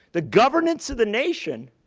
the governance of the nation,